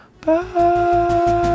Bye